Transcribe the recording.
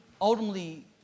ultimately